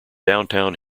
downtown